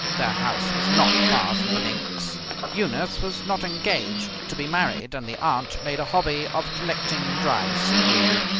their house was not far from the links eunice was not engaged to be married and the aunt made a hobby of collecting dry seaweed,